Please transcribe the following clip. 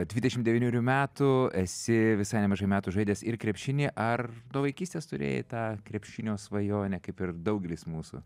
dvidešimt devynerių metų esi visai nemažai metų žaidęs ir krepšinį ar nuo vaikystės turėjai tą krepšinio svajonę kaip ir daugelis mūsų